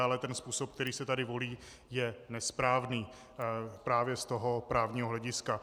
Ale ten způsob, který se tady volí, je nesprávný právě z právního hlediska.